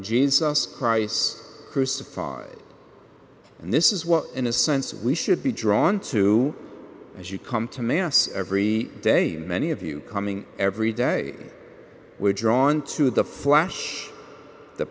jesus christ crucified and this is what in a sense we should be drawn to as you come to mass every day many of you coming every day we're drawn to the flash the